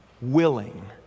willing